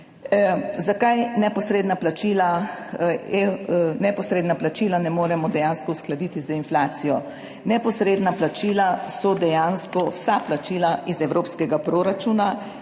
plačila? Neposredna plačila ne moremo dejansko uskladiti z inflacijo. Neposredna plačila so dejansko vsa plačila iz evropskega proračuna